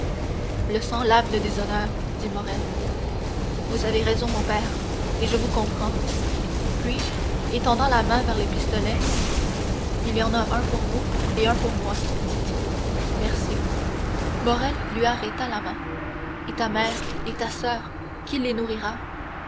le sang lave le déshonneur dit morrel vous avez raison mon père et je vous comprends puis étendant la main vers les pistolets il y en a un pour vous et un pour moi dit-il merci morrel lui arrêta la main et ta mère et ta soeur qui les nourrira